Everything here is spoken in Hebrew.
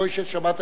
גוי של שבת,